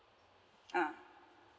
ah